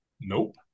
Nope